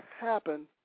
happen